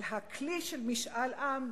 על הכלי של משאל עם,